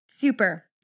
Super